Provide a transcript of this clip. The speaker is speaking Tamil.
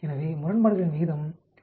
எனவே முரண்பாடுகளின் விகிதம் 0